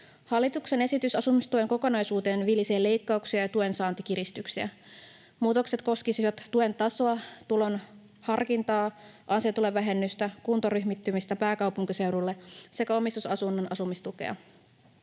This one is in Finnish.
Hallituksen esitys asumistuen kokonaisuuteen vilisee leikkauksia ja tuensaantikiristyksiä. Muutokset koskisivat tuen tasoa, tuen harkintaa, ansiotulovähennystä, kuntaryhmittymistä pääkaupunkiseudulle sekä omistusasunnon asumistukea.